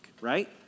right